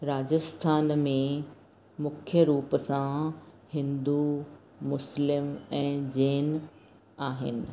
राजस्थान में मुख्य रुप सां हिंदू मुस्लिम ऐं जैन आहिनि